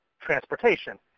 transportation